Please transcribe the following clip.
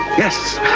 yes,